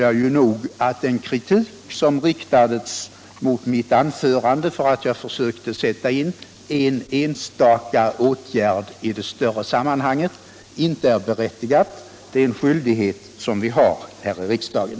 Jag menar också att den kritik som riktades mot mitt anförande för att jag försökte sätta in en enstaka åtgärd i ett större sammanhang inte är berättigad. Det är ju en skyldighet som vi har här i riksdagen.